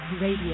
Radio